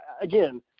again